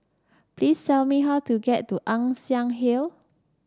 please tell me how to get to Ann Siang Hill